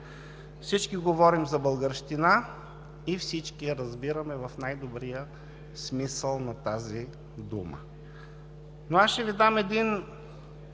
Всички говорим за българщина и всички я разбираме в най-добрия смисъл на тази дума.